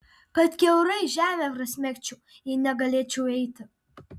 kad kiaurai žemę prasmegčiau jei negalėčiau eiti